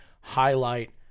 highlight